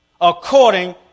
according